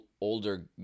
older